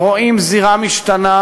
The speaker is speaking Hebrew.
ורואים זירה משתנה,